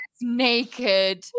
naked